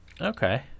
Okay